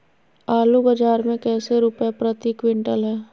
आलू बाजार मे कैसे रुपए प्रति क्विंटल है?